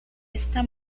esta